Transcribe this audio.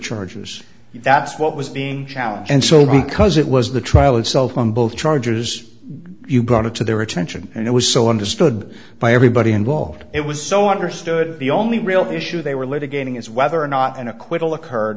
charges that's what was being challenged and so because it was the trial itself on both charges you brought it to their attention and it was so understood by everybody involved it was so understood the only real issue they were litigating is whether or not an acquittal occurred